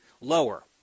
lower